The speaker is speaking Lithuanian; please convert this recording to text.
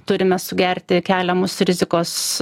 turime sugerti keliamus rizikos